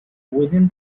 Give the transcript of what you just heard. within